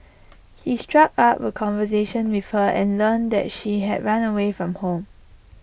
he struck up A conversation with her and learned that she had run away from home